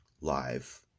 live